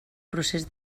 procés